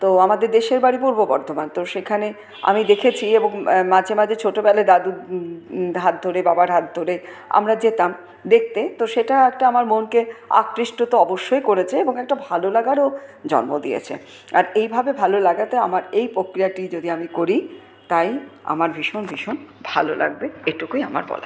তো আমাদের দেশের বাড়ি পূর্ব বর্ধমান তো সেখানে আমি দেখেছি এবং মাঝে মাঝে ছোটবেলায় দাদুর হাত ধরে বাবার হাত ধরে আমরা যেতাম দেখতে তো সেটা একটা আমার মনকে আকৃষ্ট তো অবশ্যই করেছে এবং একটা ভালো লাগারও জন্ম দিয়েছে আর এইভাবে ভালো লাগাতে আমার এই প্রক্রিয়াটি যদি আমি করি তাই আমার ভীষণ ভীষণ ভালো লাগবে এইটুকুই আমার বলার